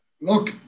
Look